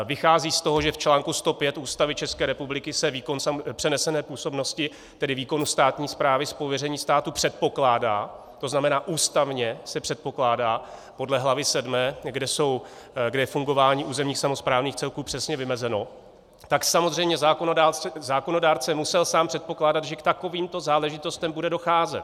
Vychází z toho, že v článku 105 Ústavy České republiky se výkon přenesené působnosti, tedy výkonu státní správy z pověření státu, předpokládá, to znamená, ústavně se předpokládá podle hlavy VII, kde je fungování územních samosprávných celků přesně vymezeno, tak samozřejmě zákonodárce musel sám předpokládat, že k takovýmto záležitostem bude docházet.